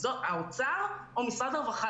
האוצר או משרד הרווחה?